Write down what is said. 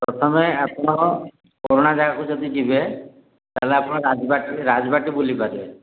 ପ୍ରଥମେ ଆପଣ ପୁରୁଣା ଜାଗାକୁ ଯଦି ଯିବେ ତାହେଲେ ଆପଣ ରାଜବାଟୀ ରାଜବାଟୀ ବୁଲିପାରିବେ